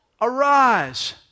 arise